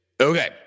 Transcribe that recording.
Okay